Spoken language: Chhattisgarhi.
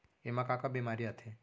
एमा का का बेमारी आथे?